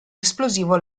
esplosivo